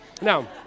Now